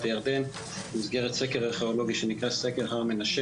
הירדן במסגרת סקר ארכיאולוגי שנקרא סקר הר מנשה